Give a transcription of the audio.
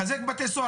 לחזק בתי סוהר,